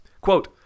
Quote